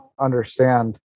understand